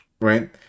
right